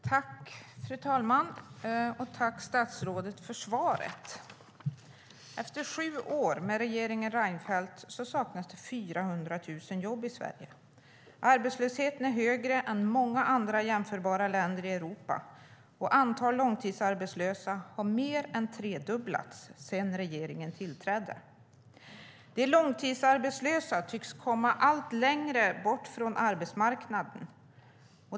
Fru talman! Tack för svaret, statsrådet! Efter sju år med regeringen Reinfeldt saknas det 400 000 jobb i Sverige. Arbetslösheten är högre än i många andra jämförbara länder i Europa. Antalet långtidsarbetslösa har mer än tredubblats sedan regeringen tillträdde, och de långtidsarbetslösa tycks komma allt längre bort från arbetsmarknaden.